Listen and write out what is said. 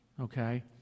okay